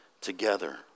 together